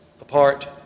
apart